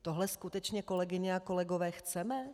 Tohle skutečně, kolegyně a kolegové, chceme?